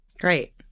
Great